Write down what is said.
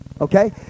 Okay